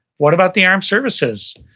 what about the armed services?